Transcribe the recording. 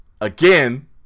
Again